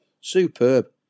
Superb